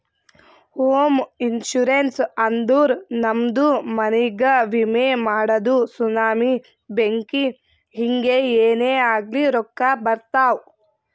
ಹೋಮ ಇನ್ಸೂರೆನ್ಸ್ ಅಂದುರ್ ನಮ್ದು ಮನಿಗ್ಗ ವಿಮೆ ಮಾಡದು ಸುನಾಮಿ, ಬೆಂಕಿ ಹಿಂಗೆ ಏನೇ ಆಗ್ಲಿ ರೊಕ್ಕಾ ಬರ್ತಾವ್